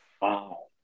Wow